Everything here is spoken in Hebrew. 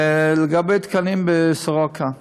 לגבי תקנים בסורוקה,